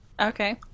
Okay